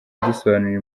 yadusobanuriye